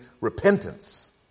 repentance